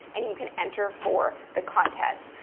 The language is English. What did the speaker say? and you can enter for the contest.